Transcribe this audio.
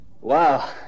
Wow